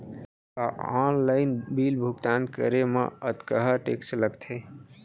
का online bill भुगतान करे मा अक्तहा टेक्स लगथे?